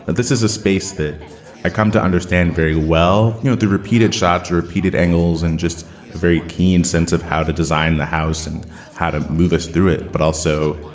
and this is a space that i come to understand very well, not the repeated shots or repeated angles and just a very keen sense of how to design the house and how to move us through it. but also,